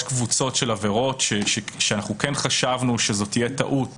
קבוצות של עבירות שאנחנו כן חשבנו שזאת תהיה טעות